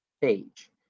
page